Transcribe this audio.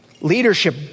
leadership